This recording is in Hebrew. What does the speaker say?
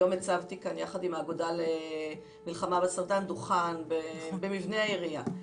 היום הצבתי כאן יחד עם האגודה למלחמה בסרטן דוכן במבנה העירייה.